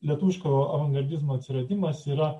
lietuviško avangardizmo atsiradimas yra